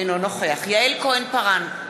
אינו נוכח יעל כהן-פארן,